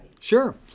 Sure